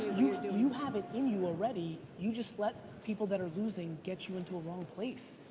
you you have it in you already. you just let people that are losing get you into a wrong place.